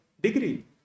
degree